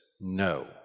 no